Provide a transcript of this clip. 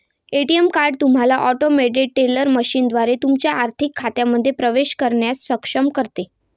ATM card तुम्हाला automated teller मशीनद्वारे तुमच्या आर्थिक खात्यांमध्ये प्रवेश करण्यास सक्षम करते